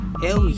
hell